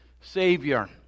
Savior